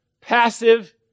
passive